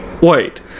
Wait